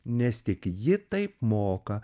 nes tik ji taip moka